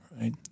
Right